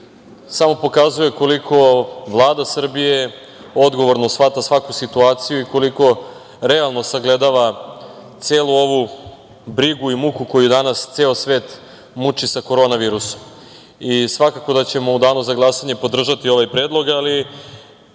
samo pokazuje koliko Vlada Srbije odgovorno shvata svaku situaciju i koliko realno sagledava celu ovu brigu i muku koju danas ceo svet muči sa korona virusom. Svakako da ćemo u danu za glasanje podržati ovaj predlog, ali